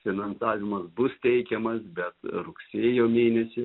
finansavimas bus teikiamas bet rugsėjo mėnesį